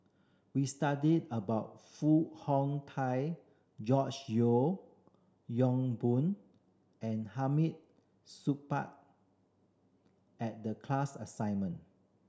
we studied about Foo Hong Tatt George Yeo Yong Boon and Hamid Supaat at the class assignment